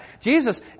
Jesus